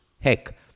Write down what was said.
Heck